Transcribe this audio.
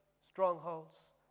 strongholds